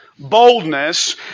boldness